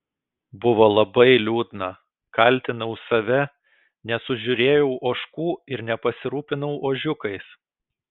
buvo labai liūdna kaltinau save nesužiūrėjau ožkų ir nepasirūpinau ožiukais